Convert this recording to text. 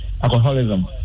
alcoholism